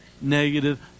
negative